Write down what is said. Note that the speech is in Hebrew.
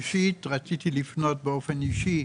ראשית רציתי לפנות באופן אישי